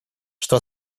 что